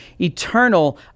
eternal